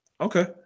Okay